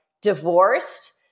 divorced